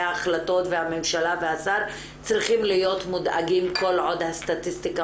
ההחלטות והממשלה והשר צריכים להיות מודאגים כל עוד הסטטיסטיקה